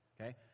Okay